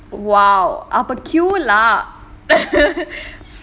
!wow! அப்போ:apo lah இல்ல இல்ல அது ஏன் தெரியுமா:illa illa adhu yaen theriyumaa